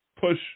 push